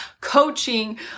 coaching